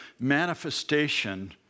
manifestation